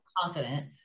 confident